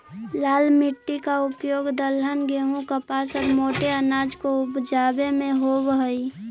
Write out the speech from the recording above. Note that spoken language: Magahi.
लाल मिट्टी का उपयोग दलहन, गेहूं, कपास और मोटे अनाज को उपजावे में होवअ हई